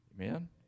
Amen